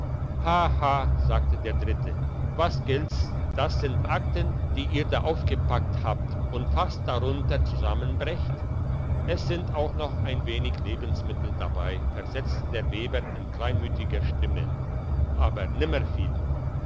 sagte der dritte was gilt's das sind akten die ihr da aufgepackt habt und fast drunter zusammenbrecht es sind auch noch ein wenig lebensmittel dabei versetzte der weber in kleinmütiger stimme aber